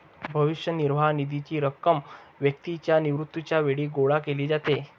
भविष्य निर्वाह निधीची रक्कम व्यक्तीच्या निवृत्तीच्या वेळी गोळा केली जाते